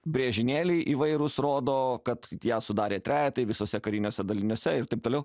brėžinėliai įvairūs rodo kad ją sudarė trejetai visuose kariniuose daliniuose ir taip toliau